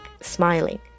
smiling